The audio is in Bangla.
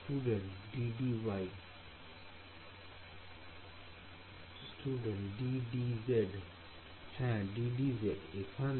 Student ddy ddy Student ddz হ্যাঁ ddz